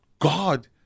God